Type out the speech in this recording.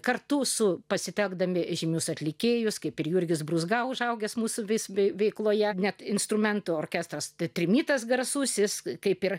kartu su pasitelkdami žymius atlikėjus kaip ir jurgis brūzga užaugęs mūsų visb veikloje net instrumentų orkestras trimitas garsusis kaip ir